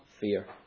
fear